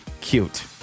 Cute